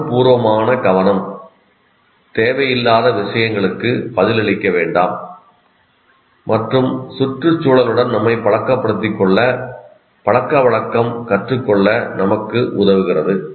உணர்வுபூர்வமான கவனம் தேவையில்லாத விஷயங்களுக்கு பதிலளிக்க வேண்டாம் மற்றும் சுற்றுச்சூழலுடன் நம்மை பழக்கப்படுத்திக்கொள்ள பழக்கவழக்கம் கற்றுக்கொள்ள நமக்கு உதவுகிறது